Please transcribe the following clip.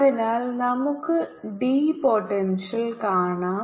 അതിനാൽ നമുക്ക് d potential കാണാം